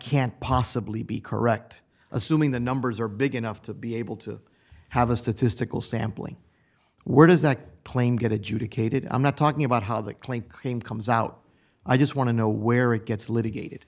can't possibly be correct assuming the numbers are big enough to be able to have a statistical sampling where does a claim get adjudicated i'm not talking about how that claim claim comes out i just want to know where it gets litigated